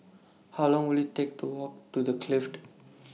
How Long Will IT Take to Walk to The Clift